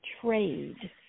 trade